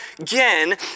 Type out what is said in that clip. again